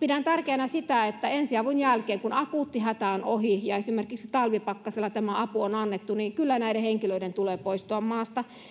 pidän tärkeänä sitä että ensiavun jälkeen kun akuutti hätä on ohi ja esimerkiksi talvipakkasilla tämä apu on annettu kyllä näiden henkilöiden tulee poistua maasta